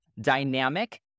dynamic